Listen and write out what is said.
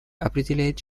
определяет